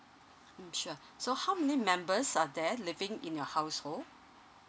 mm sure so how many members are there living in your household